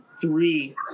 three